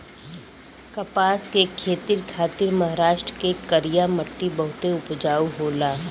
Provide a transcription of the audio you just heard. कपास के खेती खातिर महाराष्ट्र के करिया मट्टी बहुते उपजाऊ होला